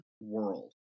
world